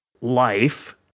life